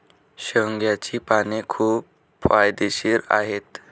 शेवग्याची पाने खूप फायदेशीर आहेत